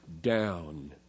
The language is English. down